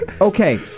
Okay